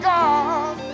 God